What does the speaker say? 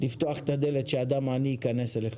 לפתוח את הדלת לאדם עני ושהוא ייכנס לביתך.